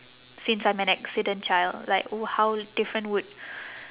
since I'm an accident child like how different would